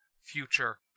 future